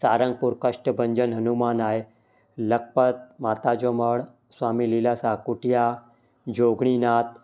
सारंगपुर कष्ट भंजन हनुमान आहे लखपत माता जो मड़ स्वामी लीलाशाह कुटिया जोगड़ी नाथ